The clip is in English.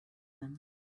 them